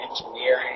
engineering